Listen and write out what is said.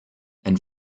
and